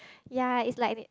ya it's like they